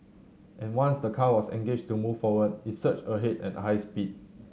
and once the car was engaged to move forward it surged ahead at high speed